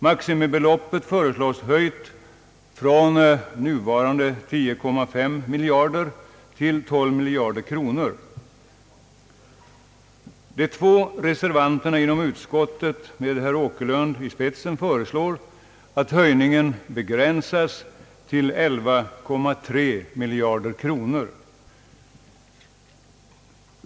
Maximibeloppet föreslås höjt från nuvarande 10,5 miljarder till 12 miljarder kronor. De två reservanterna inom utskottet med herr Åkerlund i spetsen föreslår att höjningen begränsas till 11,3 miljarder kronor.